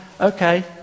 okay